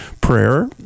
prayer